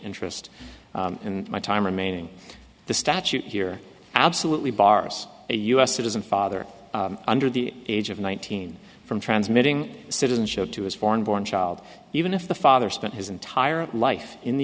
interest in my time remaining the statute here absolutely bars a us citizen father under the age of nineteen from transmitting citizenship to his foreign born child even if the father spent his entire life in the